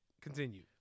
Continue